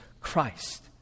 christ